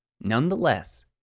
Nonetheless